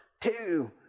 two